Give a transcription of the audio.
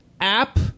app